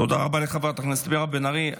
תודה רבה לחברת הכנסת מירב בן ארי.